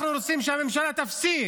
אנחנו רוצים שהממשלה תפסיק